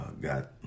got